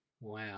Wow